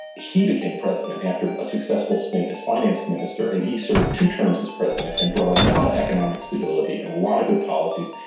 he became president after a successful stint as finance minister, and he served two terms as president and brought a lot of economic stability and a lot of good policies.